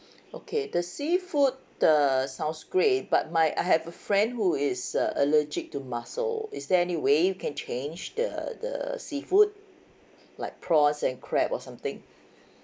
okay the seafood uh sounds great but my I have a friend who is uh allergic to mussels is there anyway you can change the the seafood like prawns and crab or something